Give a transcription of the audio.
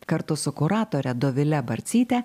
kartu su kuratore dovile barcyte